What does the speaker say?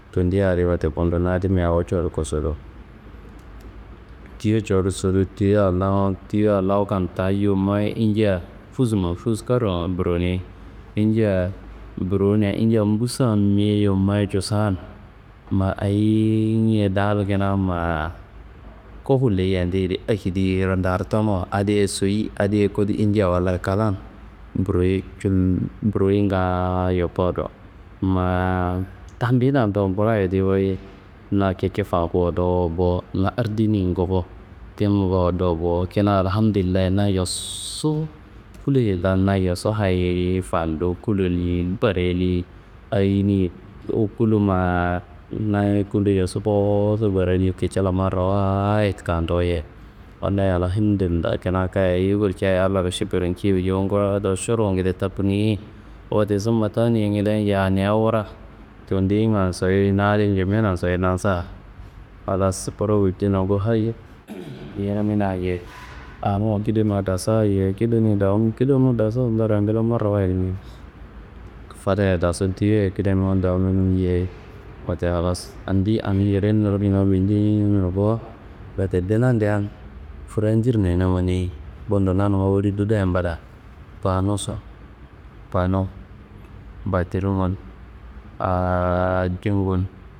Tendi adi wote bundo na adimbe awo codu kosodo, tuyo codu sodu, tuyo lanuwu, tuyo lawukan ta yommayi injia fusnun fuscarlon buronei. Injia burowunea injia mbusambe yommayi cisan ma ayinge daal kina ma kufu leyia ndeyedi akediyiro dartano adi- ye soyi adi- ye kodi injia Wallayi klan burowoyei cul buroyi ngaayo kowodo ma taminado nguroyi yedi wuyi na kici fanguwo dowo bo. Na ardiniye ngufu tim nguwuwo do bo, kina Alhamdullayi na yosu kuloye ta na yosu hayi fandu kuloni ye barani ayini ye ku- kulo ma na kulo yosu ngowosu barani kicila marawayid kadoye Wallayi Alhamdullayi, kina kayi ayi gulcaye Allaro šukurociye. Yowu ngura dowo šurungede takuniye. Wote summa taniangedea yaniá wura tendi ingan sori na ñamena soyi nansa, halas wuro gulcei nangu: « Ayi ni rimina yeyi awonumma kidanumma dasa yeyi.» Kidaniya dawuno, kidanumma dasuwa ngla marawayid, fadaya dasu tuyoye kidanumma dawunona yeyi. Wote halas andiyi aa ngede niro kina guljineina bo, wote dunandean furanjirneina manei. Bundo nanumma woli dulian mbada panoso pano, bateringun, aaa jengun.